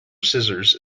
scissors